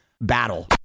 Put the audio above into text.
battle